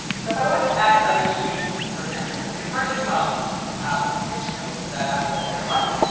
so if i want to add another screen to this, for example, i can first zoom out with the pinch zoom that apple loves so much,